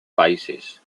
países